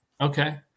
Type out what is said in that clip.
Okay